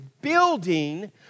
building